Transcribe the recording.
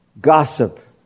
Gossip